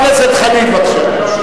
חבר הכנסת חנין, בבקשה.